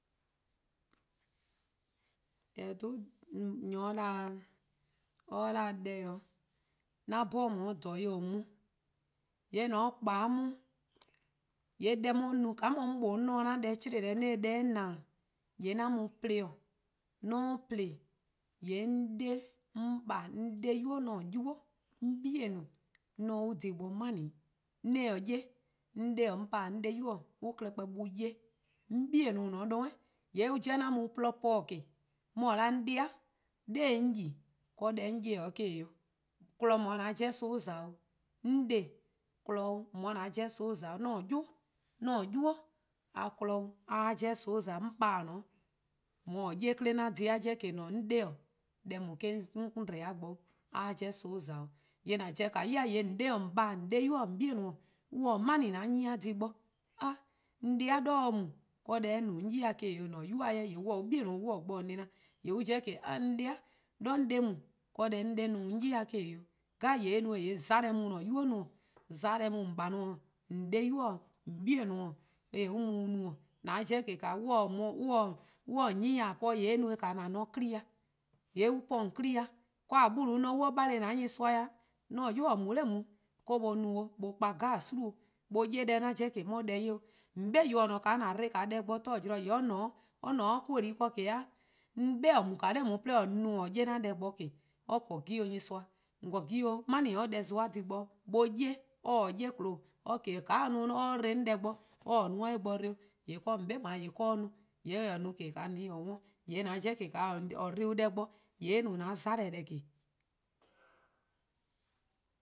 Eh 'dhu nyor-a 'da, or 'da deh-yor-nyor an 'bhorn :on :dha :yor :daa mu, :yee' :mor :on 'kpa 'de 'on, :yee' :ka 'on 'ye-a no :ka 'mor mlor 'on se-a :chlee-deh deh-' :na-dih, :yee' 'an mu :plo, :mo 'on plo, :yee' 'on 'de, 'on :baa' 'an 'de-di'-boi', 'an-an' 'nynuu:, 'on 'bei' 'on :se-' :an-a' dhih bo 'ma-dih-'. :mor 'on :taa 'ye, 'on 'de-: 'on :baa'-:, 'an 'de-di-boi'-: on 'ye, :yee' 'on 'bei' :on :ne-a 'de 'zorn 'an mu an dhih :porluh bo po-dih :ke. 'An mu-a 'o 'on 'dei' nor 'on yi-a deh 'on 'ye-dih 'noror' eh-: :dha-dih 'o, kpon-dih :on 'ye-a 'jeh son-' :za-dih 'o, 'on-de kpon-dih:on 'ye-a 'jeh son-' :za-dih 'o, 'an 'yu. 'an-a'a: 'nynuu: a kpon-dih a 'ye-a 'jeh son-' :za-dih 'o, 'on :baa' :or :ne-a 'o :or 'ye-a 'kle 'an dhih-a 'jeh :ke, mor-: 'on 'de-:, deh :daa eh-: 'on dbo-a bo a 'ye-a 'jeh son-a' :za-dih 'o. Yee' :an pobo-a 'o, :on 'de-:, 'on :baa-:, :an 'de-di-boi'-: :on 'bei'-: an-a' 'ma-dih :an dhih bo, an-: 'ma-dih :an 'nyne-a dhih bo. A 'an 'de-di 'de nae' or mu-a pobo: deh or no-a 'on 'yi-dih eh-: :dhe-dih 'o 'an a'a: 'nynuu:-a 'jeh :mor on :ne on 'bei' an taa bo nena-dih :yee' on 'da 'an 'de-di 'nor 'on 'de mu-a deh or no-a 'yi-dih eh-: :dhe-dih 'o. Dhih 'jeh :yee' mona-a mu :an-a'a: 'nynuu: no, :yee' 'mona:-a mu :on :baa' 'i-:, 'an 'de-di-boi-: :on 'bei'-: eh mu-' :no, :yee' 'an 'jeh :ke :mor on :taa :an 'nyne-ya po :yee'eh no-eh :an ne 'kpa+ ken, :yee' an po :on 'kpa+-' dih, :noo' :ne-a 'o an bale' an nyorsoa dih, 'an 'yu :or mu-a 'de nao' ka or ye no-a, or kpa :geie: 'jeh 'o, or 'ye deh 'an 'jeh 'on 'ye deh 'ye 'o, :on 'be :yor :an dbo-a deh bo 'gwie:-: :glaa'a:-: :yee' or :ne 'o or 'koor-dlu:+ ken :ke :daa, 'on 'be :or no-a 'o :or mu-a 'de nao' 'de :or 'ye-a 'an deh bo :ke or :korn 'gen 'o nyorsoa, :on 'gen "ma-dih or deh zon-a dhih bo 'o, or 'ye :mor or :taa 'ye :chio'lo: :ka or no-a 'de or dba-a 'on deh bo or 'ye-a no or 'ye eh 'on bo dbo 'o, :yee' :kaa 'on 'be-a :dao' or no, :yee' :mor or ta-a 'o no 'de :an worn-ih, :yee' :mor :or dbo or deh bo :ke :yee' eh no-a 'mona: :dhih.